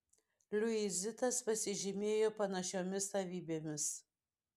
liuizitas pasižymėjo panašiomis savybėmis